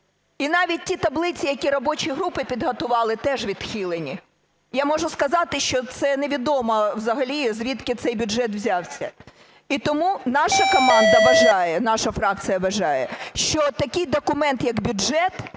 І навіть ті таблиці, які робочі групи підготували, теж відхилені. Я можу сказати, що це невідомо взагалі, звідки цей бюджет взявся. І тому наша команда вважає, наша фракція вважає, що такий документ як бюджет